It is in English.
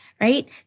right